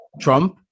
Trump